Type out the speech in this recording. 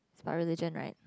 it's about religion right